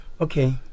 Okay